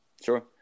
Sure